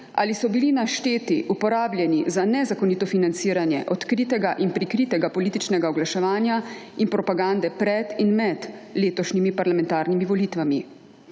ali so bili našteti uporabljeni za nezakonito financiranje odkritega in prikritega političnega oglaševanja in propagande pred in med letošnjimi parlamentarnimi volitvami.